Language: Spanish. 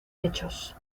hechos